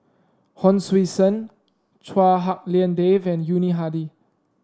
Hon Sui Sen Chua Hak Lien Dave and Yuni Hadi